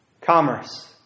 commerce